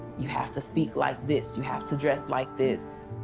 you have to speak like this, you have to dress like this.